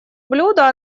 блюда